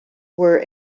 were